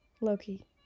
Loki